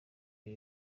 ibi